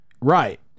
Right